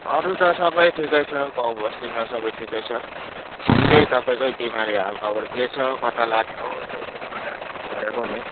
अरू त सबै ठिकै छ गाउँ बस्तीमा सबै ठिकै छ म पनि त्यही तपाईँकै बिमारी हालखबर के छ कता लाने हो सोधौँ भनेर फोन गरेको नि